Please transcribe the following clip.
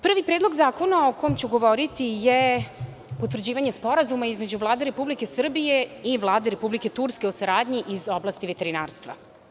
Prvi Predlog zakona o kom ću govoriti je potvrđivanje Sporazuma između Vlade Republike Srbije i Vlade Republike Turske o saradnji iz oblasti veterinarstva.